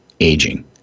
aging